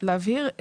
להבהיר.